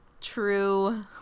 true